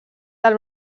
del